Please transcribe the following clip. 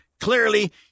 Clearly